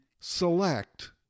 select